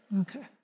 Okay